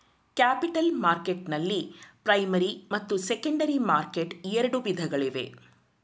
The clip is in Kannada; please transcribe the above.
ಕ್ಯಾಪಿಟಲ್ ಮಾರ್ಕೆಟ್ನಲ್ಲಿ ಪ್ರೈಮರಿ ಮತ್ತು ಸೆಕೆಂಡರಿ ಮಾರ್ಕೆಟ್ ಎರಡು ವಿಧಗಳಿವೆ